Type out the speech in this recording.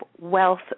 wealth